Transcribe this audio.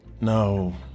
No